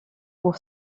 pour